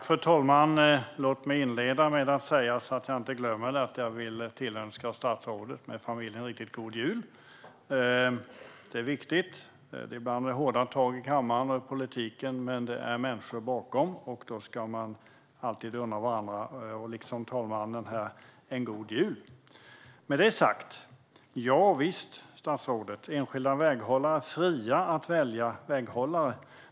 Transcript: Fru talman! Låt mig inleda mitt anförande med, så att jag inte glömmer det, att tillönska statsrådet med familj en riktigt god jul. Det är viktigt. Ibland blir det hårda tag i kammaren och i politiken, men det är människor bakom. Då ska man alltid önska varandra, liksom talmannen, en god jul. Med detta sagt ska jag fortsätta. Ja, statsrådet, visst är enskilda väghållare fria att välja hur de anordnar sin väghållning.